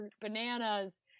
bananas